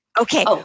Okay